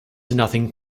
nothing